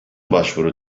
başvuru